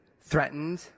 threatened